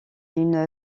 une